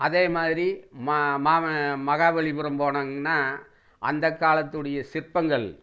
அதேமாதிரி மா மகாபலிபுரம் போனோங்கனா அந்த காலத்துடைய சிற்பங்கள்